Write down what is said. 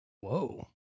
Whoa